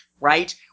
right